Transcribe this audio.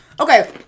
okay